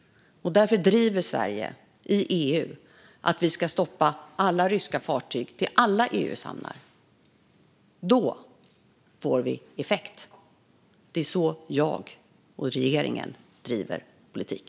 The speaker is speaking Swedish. Därför driver Sverige i EU att vi ska stoppa alla ryska fartyg till alla EU:s hamnar. Då får vi effekt. Det är så jag och regeringen driver politik.